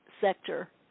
sector